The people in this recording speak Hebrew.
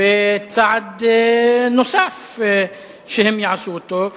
בצעד נוסף שהם יעשו אותו,